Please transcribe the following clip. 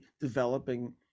developing